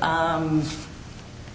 with